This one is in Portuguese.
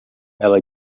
ela